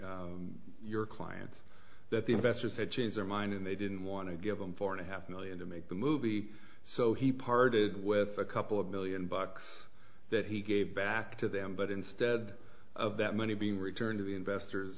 your client that the investors had changed their mind and they didn't want to give them four and a half million to make the movie so he parted with a couple of million bucks that he gave back to them but instead of that money being returned to the investors